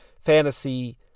fantasy